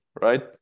right